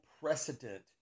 precedent